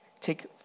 take